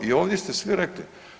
I ovdje ste sve rekli.